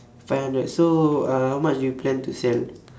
five hundred so uh how much do you plan to sell